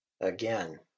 Again